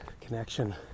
connection